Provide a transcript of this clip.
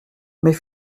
mais